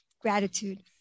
gratitude